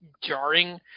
jarring